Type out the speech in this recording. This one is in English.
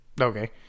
Okay